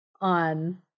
on